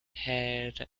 head